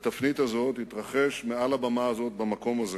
בתפנית הזאת התרחש מעל הבמה הזאת במקום הזה.